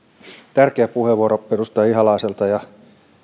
tärkeä puheenvuoro edustaja ihalaiselta